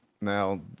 now